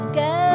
go